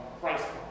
price